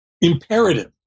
imperative